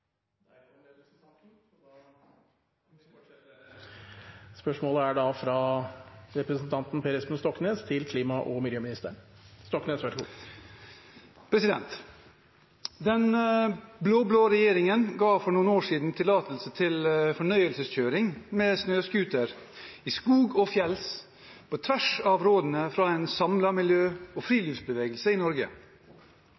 da. Jeg har ikke flere tilleggsspørsmål. «Den blå-blå regjeringen ga for noen år siden tillatelse til fornøyelseskjøring med snøscooter i skog og fjell på tvers av rådene fra en samlet miljø- og